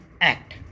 act